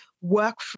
work